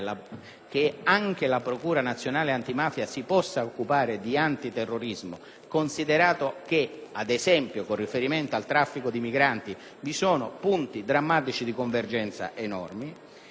considerato che, ad esempio con riferimento al traffico di migranti, vi sono punti drammatici di convergenza enormi. Credo che su tali questioni ci sarà l'opportunità di un confronto ulteriore.